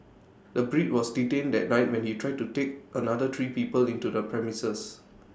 the Brit was detained that night when he tried to take another three people into the premises